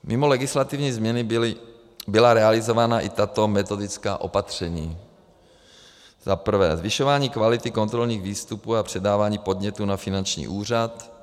Mimo legislativní změny byla realizována i tato metodická opatření: Za prvé zvyšování kvality kontrolních výstupů a předávání podnětů na finanční úřad.